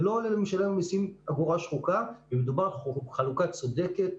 זה לא עולה למשלם המסים אגורה שחוקה ומדובר על חלוקה צודקת,